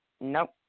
Nope